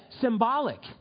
symbolic